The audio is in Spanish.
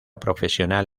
profesional